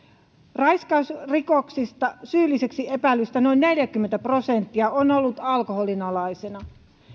raiskausrikoksissa syylliseksi epäillyistä noin neljäkymmentä prosenttia on ollut alkoholin alaisena